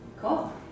cool